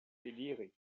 eliri